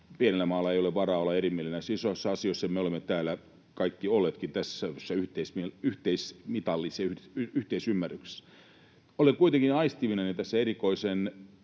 Pienellä maalla ei ole varaa olla erimielinen näissä isoissa asioissa, ja me olemme täällä kaikki olleetkin tässä salissa yhteisymmärryksessä. Olen kuitenkin aistivinani tässä erikoisen